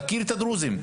להכיר את הדרוזים,